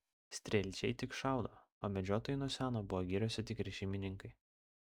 strielčiai tik šaudo o medžiotojai nuo seno buvo giriose tikri šeimininkai